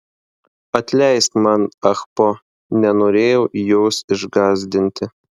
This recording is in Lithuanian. atleisk man ahpo nenorėjau jos išgąsdinti